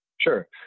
Sure